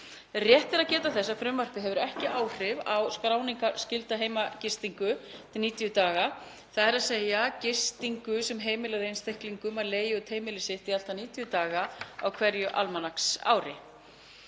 Rétt er að geta þess að frumvarpið hefur ekki áhrif á skráningarskylda heimagistingu til 90 daga, þ.e. gistingu sem heimilar einstaklingum að leigja út heimili sitt í allt að 90 daga á hverju almanaksári.